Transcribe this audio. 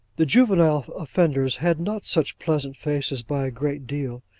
the juvenile offenders had not such pleasant faces by a great deal,